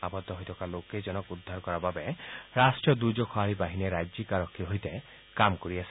আবদ্ধ হৈ থকা লোককেইজনক উদ্ধাৰ কৰাৰ বাবে ৰাষ্ট্ৰীয় দূৰ্যোগ সঁহাৰি বাহিনীয়ে ৰাজ্যিক আৰক্ষীৰ সৈতে কাম কৰি আছে